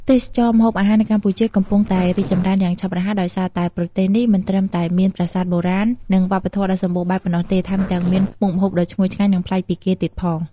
ទេសចរណ៍ម្ហូបអាហារនៅកម្ពុជា កំពុងតែរីកចម្រើនយ៉ាងឆាប់រហ័ស ដោយសារតែប្រទេសនេះមិនត្រឹមតែមានប្រាសាទបុរាណ និងវប្បធម៌ដ៏សម្បូរបែបប៉ុណ្ណោះទេ ថែមទាំងមានមុខម្ហូបដ៏ឈ្ងុយឆ្ងាញ់ និងប្លែកពីគេទៀតផង ។